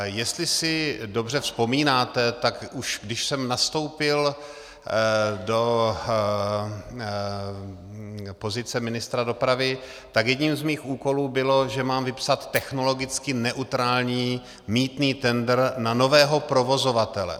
Jestli si dobře vzpomínáte, tak už když jsem nastoupil do pozice ministra dopravy, tak jedním z mých úkolů bylo, že mám vypsat technologicky neutrální mýtný tendr na nového provozovatele.